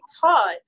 taught